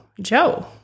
Joe